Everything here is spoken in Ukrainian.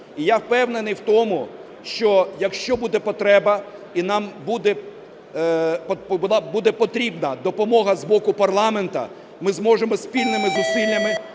І я впевнений в тому, що якщо буде потреба, і нам буде потрібна допомога з боку парламенту, ми зможемо спільними зусиллями